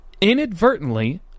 inadvertently